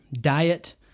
diet